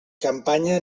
campanya